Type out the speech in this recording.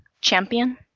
Champion